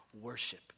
worship